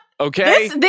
Okay